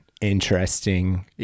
interesting